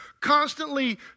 constantly